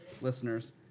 listeners